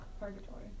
purgatory